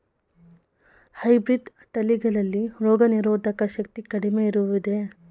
Hybrid ತಳಿಗಳಲ್ಲಿ ರೋಗನಿರೋಧಕ ಶಕ್ತಿ ಕಡಿಮೆ ಇರುವುದೇ?